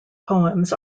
poems